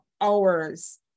hours